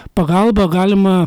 pagalba galima